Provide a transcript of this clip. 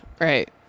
Right